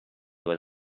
was